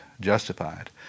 justified